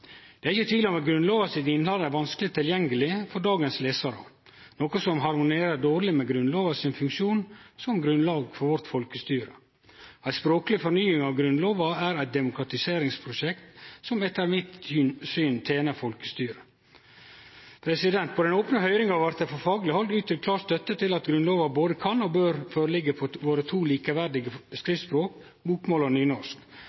Det er ikkje tvil om at Grunnlova sitt innhald er vanskeleg tilgjengeleg for dagens lesarar, noko som harmonerer dårleg med Grunnlova si funksjon som grunnlag for vårt folkestyre. Ei språkleg fornying av Grunnlova er eit demokratiseringsprosjekt som etter mitt syn tener folkestyret. På den opne høyringa blei det frå fagleg hald uttrykt klar støtte til at Grunnlova både kan og bør liggje føre på våre to likeverdige skriftspråk, bokmål og nynorsk,